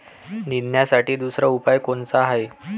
निंदनासाठी दुसरा उपाव कोनचा हाये?